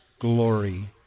glory